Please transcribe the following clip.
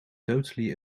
totally